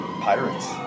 Pirates